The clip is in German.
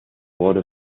wurde